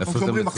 איפה זה מופיע?